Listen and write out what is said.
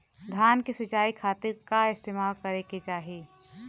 धान के सिंचाई खाती का इस्तेमाल करे के चाही?